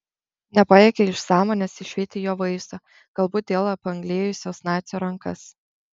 nepajėgė iš sąmonės išvyti jo vaizdo galbūt dėl apanglėjusios nacio rankas